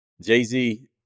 Jay-Z